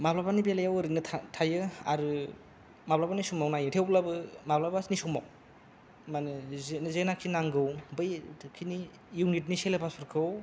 माब्लाबानि बेलायाव ओरैनो थायो आरो माब्लाबानि समाव नायो थेवब्लाबो माब्लाबानि समाव माने जेनोखि नांगौ बैखिनि इउनिटनि सिलेबासफोरखौ